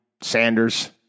Sanders